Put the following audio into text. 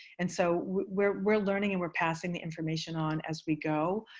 and so we're we're learning and we're passing the information on as we go.